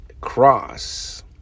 cross